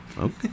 Okay